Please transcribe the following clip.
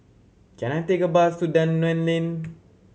can I take a bus to Dunman Lane